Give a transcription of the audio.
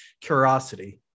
curiosity